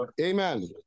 Amen